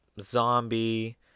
Zombie